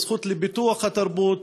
בזכות לפיתוח התרבות,